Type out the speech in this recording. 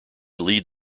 lead